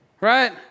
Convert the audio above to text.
Right